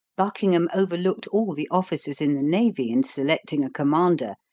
buckingham overlooked all the officers in the navy in selecting a commander,